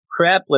crapless